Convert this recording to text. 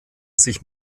sich